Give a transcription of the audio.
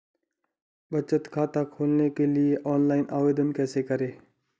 बचत खाता खोलने के लिए ऑनलाइन आवेदन कैसे करें?